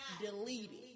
deleted